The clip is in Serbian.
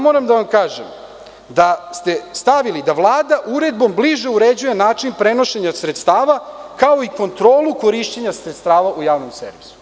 Moram da vam kažem da ste stavili da Vlada uredbom bliže uređuje način prenošenja sredstava, kao i kontrolu korišćenja sredstava u javnom servisu.